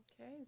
Okay